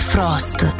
Frost